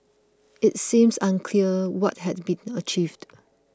it seems unclear what had been achieved